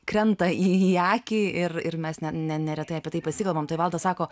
krenta į akį ir ir mes ne neretai apie tai pasikalbam tai valdas sako